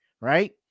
Right